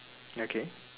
okay